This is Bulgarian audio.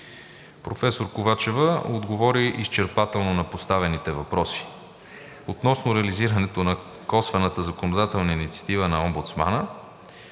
Професор Ковачева отговори изчерпателно на поставените въпроси. Относно реализирането на косвената законодателна инициатива на омбудсмана,